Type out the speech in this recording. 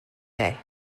day